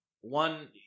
One